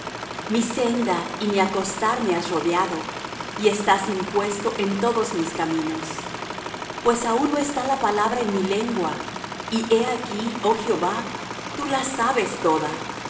mi senda y mi acostarme has rodeado y estás impuesto en todos mis caminos pues aun no está la palabra en mi lengua y he aquí oh jehová tú la sabes toda